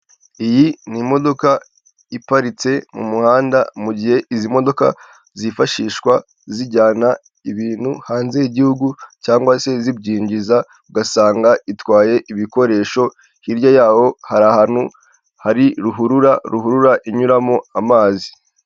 Iyi ni imodoka iparitse mu muhanda mu gihe izi modoka zifashishwa zijyana ibintu hanze y'igihugu cyangwa se zibyinjiza ugasanga itwaye ibikoresho hirya yaho hari ahantu hari ruhurura, ruhurura inyuramo amazi.